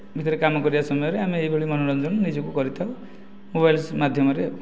ଭିତରେ କାମ କରିବା ସମୟରେ ଆମେ ଏହି ଭଳି ମନୋରଞ୍ଜନ ନିଜକୁ କରିଥାଉ ମୋବାଇଲ ମାଧ୍ୟମରେ